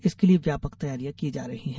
इसके लिये व्यापक तैयारियां की जा रही है